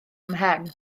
mhen